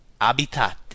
abitate